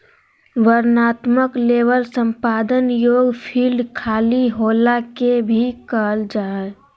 वर्णनात्मक लेबल संपादन योग्य फ़ील्ड खाली होला के भी कहल जा हइ